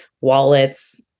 wallets